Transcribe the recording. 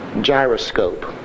gyroscope